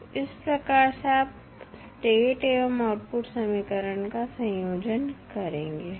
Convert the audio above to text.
तो इस प्रकार से आप स्टेट एवं आउटपुट समीकरण का संयोजन करेंगे